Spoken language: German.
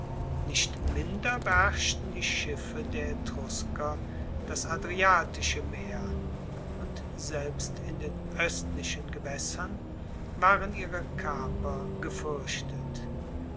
nicht minder beherrschten die schiffe der etrusker das adriatische meer und selbst in den oestlichen gewaessern waren ihre kaper gefuerchtet